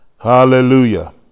Hallelujah